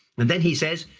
and then, he says,